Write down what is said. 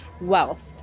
wealth